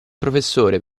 professore